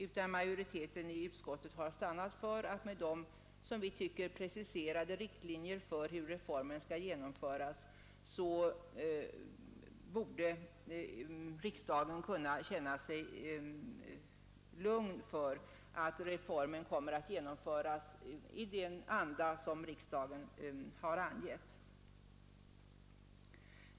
Med hänsyn till de enligt vår uppfattning preciserade riktlinjerna för reformens genomförande har utskottsmajoriteten ansett, att riksdagen bör kunna känna sig lugn för att reformen kommer att genomföras i den anda som riksdagen har angivit.